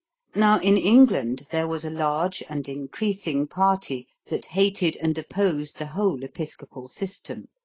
now in england there was a large and increasing party that hated and opposed the whole episcopal system.